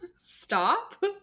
Stop